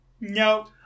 No